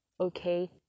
Okay